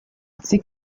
ses